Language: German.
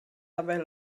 dabei